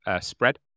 spread